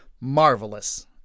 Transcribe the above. marvelous